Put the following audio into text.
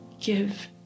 give